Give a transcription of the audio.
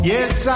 Yes